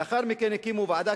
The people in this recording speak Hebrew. לאחר מכן הקימו ועדה,